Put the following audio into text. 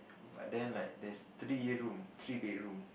but then like there's three room three bedroom